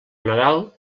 nadal